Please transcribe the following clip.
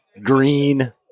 green